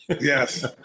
Yes